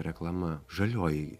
reklama žalioji